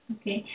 Okay